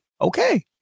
okay